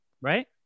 right